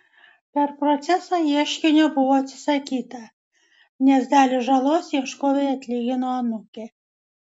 per procesą ieškinio buvo atsisakyta nes dalį žalos ieškovei atlygino anūkė